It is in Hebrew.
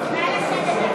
הכנסת.